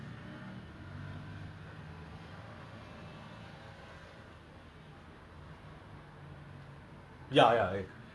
இல்ல ஆனா:illa aanaa actually U_S lah படிக்கிறது வந்து:padikkirathu vanthu very good தமா:thamaa like if you if you are in the ivy league it's good recognisable